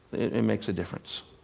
it makes a difference.